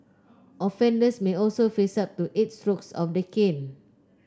offenders may also face up to eight strokes of the cane